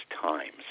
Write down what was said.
times